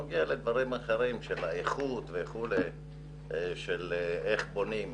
אסון שנוגע גם לדברים אחרים כמו איכות בניה וכולי של איך בונים.